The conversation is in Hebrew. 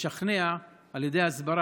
לשכנע על ידי הסברה.